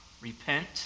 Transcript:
repent